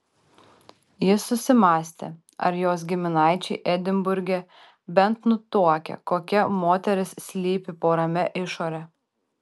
jis susimąstė ar jos giminaičiai edinburge bent nutuokia kokia moteris slypi po ramia išore